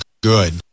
good